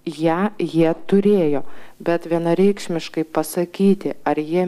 ją jie turėjo bet vienareikšmiškai pasakyti ar jie